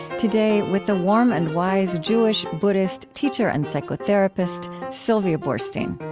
today with the warm and wise jewish-buddhist teacher and psychotherapist sylvia boorstein